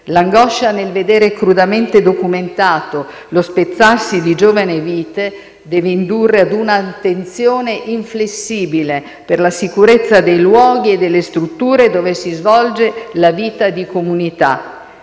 L'angoscia nel vedere crudamente documentato lo spezzarsi di giovane vite deve indurre a un'attenzione inflessibile per la sicurezza dei luoghi e delle strutture dove si svolge la vita di comunità.